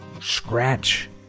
Scratch